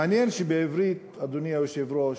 מעניין שבעברית, אדוני היושב-ראש,